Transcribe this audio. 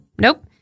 Nope